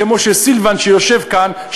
כמו שסילבן שיושב כאן,